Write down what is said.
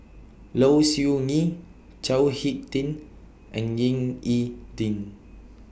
Low Siew Nghee Chao Hick Tin and Ying E Ding